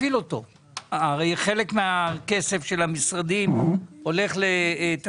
כי הרי חלק מהתקציב בעניין הזה לא נתתם שיהיה בבסיס אלא דרשתם שיהיה